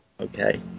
Okay